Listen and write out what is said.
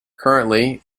currently